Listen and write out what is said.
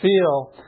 feel